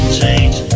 change